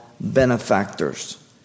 benefactors